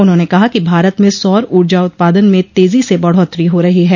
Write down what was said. उन्होंने कहा कि भारत में सौर ऊर्जा उत्पादन में तेजी से बढ़ोतरी हो रही है